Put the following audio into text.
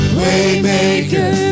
waymaker